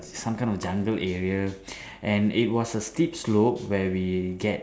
some kind of jungle area and it was a steep slope where we get